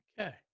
Okay